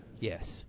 Yes